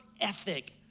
ethic